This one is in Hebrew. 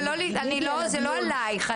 לא זה לא עלייך,